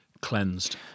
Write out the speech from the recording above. cleansed